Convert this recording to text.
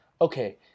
okay